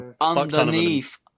underneath